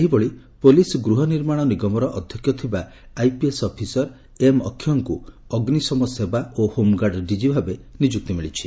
ସେହିଭଳି ପୁଲିସ ଗୃହ ନିର୍ମାଣ ନିଗମର ଅଧ୍ଘକ୍ଷ ଥିବା ଆଇପିଏସ୍ ଅଫିସର ଏମ୍ ଅକ୍ଷୟଙ୍କ ଅଗ୍ରିଶମ ସେବା ଓ ହୋମ୍ଗାର୍ଡ ଡିଜି ଭାବେ ନିଯୁକ୍ତି ମିଳିଛି